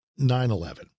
9-11